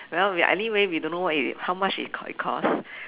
well we anyway we don't know what it how much it it costs